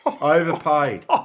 overpaid